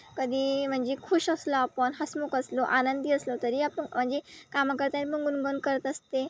कधी म्हणजे खुश असलं आपण हसमुख असलो आनंदी असलो तरी आपण म्हणजे कामं करतानी पण गुणगुण करत असते